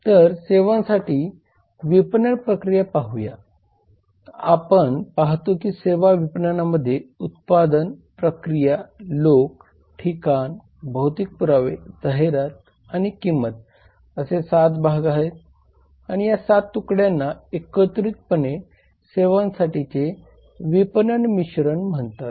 तर सेवांसाठी विपणन प्रक्रिया आपण पाहूया आपण पाहतो की सेवा विपणनामध्ये उत्पादन प्रक्रिया लोक ठिकाण भौतिक पुरावे जाहिरात आणि किंमत असे 7 भाग आहेत आणि या 7 तुकड्यांना एकत्रितपणे सेवांसाठी विपणन मिश्रण म्हणतात